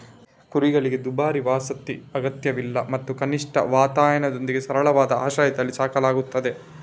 ಕುರಿಗಳಿಗೆ ದುಬಾರಿ ವಸತಿ ಅಗತ್ಯವಿಲ್ಲ ಮತ್ತು ಕನಿಷ್ಠ ವಾತಾಯನದೊಂದಿಗೆ ಸರಳವಾದ ಆಶ್ರಯದಲ್ಲಿ ಸಾಕಲಾಗುತ್ತದೆ